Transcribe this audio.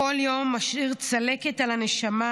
כל יום משאיר צלקת על הנשמה.